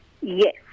Yes